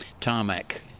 tarmac